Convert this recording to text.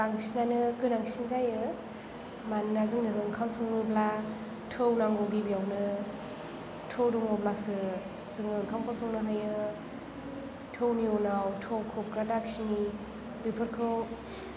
बांसिनानो गोनांसिन जायो मानोना जों ओंखाम सङोब्ला थौ नांगौ गिबियावनो थौ दङब्लासो जों ओंखामखौ संनो हायो थौनि उनाव थौ खोबग्रा दाखिनि बेफोरखौ